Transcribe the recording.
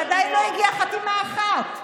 שעדיין לא הגיעה חתימה אחת,